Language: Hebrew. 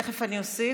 תכף אני אוסיף.